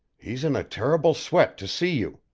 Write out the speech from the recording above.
he's in a terrible sweat to see you.